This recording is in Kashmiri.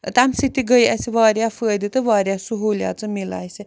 ٲں تَمہِ سۭتۍ تہِ گٔے اسہِ واریاہ فٲیدٕ تہٕ واریاہ سہوٗلیژٕ میلے اسہِ